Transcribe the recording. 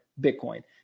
Bitcoin